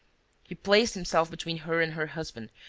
he placed himself between her and her husband,